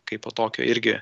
kaipo tokio irgi